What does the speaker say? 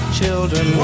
children